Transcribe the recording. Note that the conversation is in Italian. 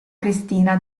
cristina